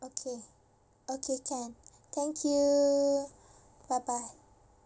okay okay can thank you bye bye